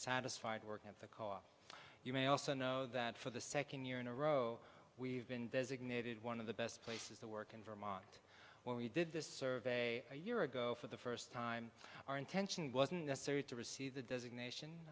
satisfied working at the coffee you may also know that for the second year in a row we've been designated one of the best places to work in vermont when we did this survey a year ago for the first time our intention wasn't necessary to receive the designation